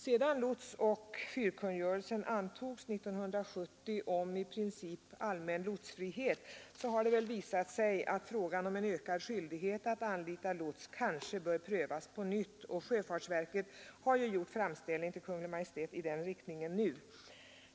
Sedan lotsoch fyrkungörelsen om i princip allmän lotsfrihet antogs 1970, har det visat sig att frågan om en ökad skyldighet att anlita lots kanske bör prövas på nytt. Sjöfartsverket har gjort framställning till Kungl. Maj:t i den riktningen nu.